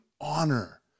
honor